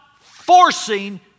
forcing